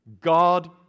God